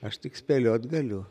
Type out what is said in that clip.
aš tik spėliot galiu